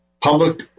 public